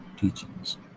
teachings